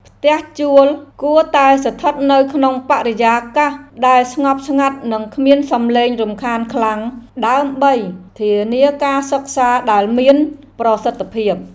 ផ្ទះជួលគួរតែស្ថិតនៅក្នុងបរិយាកាសដែលស្ងប់ស្ងាត់និងគ្មានសំឡេងរំខានខ្លាំង ដើម្បីធានាការសិក្សាដែលមានប្រសិទ្ធភាព។